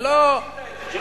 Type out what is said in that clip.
זה לא, אבל אתה עשית את זה.